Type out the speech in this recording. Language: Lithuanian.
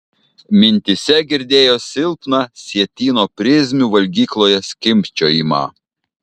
mintyse girdėjo silpną sietyno prizmių valgykloje skimbčiojimą